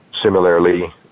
similarly